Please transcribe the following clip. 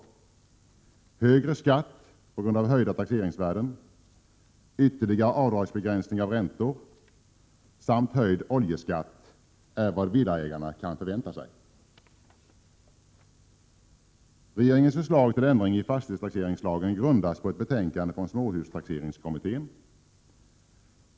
Villaägarna kan förvänta sig högre skatt på grund av höjda taxeringsvärden, ytterligare avdragsbegränsningar av räntor samt höjd oljeskatt. Regeringens förslag till ändring i fastighetstaxeringslagen grundas på ett betänkande från småhustaxeringskommittén.